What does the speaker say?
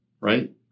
right